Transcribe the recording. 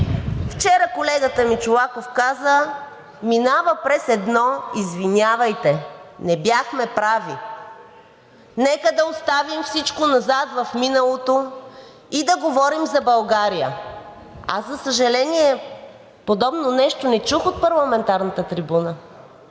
Вчера колегата Чолаков каза: минава през едно извинявайте, не бяхме прави. Нека да оставим всичко назад в миналото и да говорим за България. За съжаление, подобно нещо не чух от парламентарната трибуна.